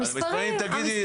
המספרים --- על המספרים תגידי,